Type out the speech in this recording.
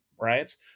right